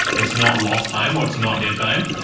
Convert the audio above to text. it's not lost time or it's not dead time,